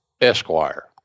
Esquire